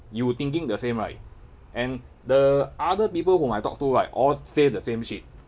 you thinking the same right and the other people whom I talk to right all say the same shit